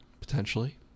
potentially